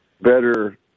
better